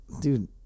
dude